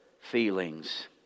feelings